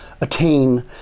attain